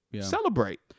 celebrate